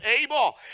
able